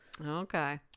Okay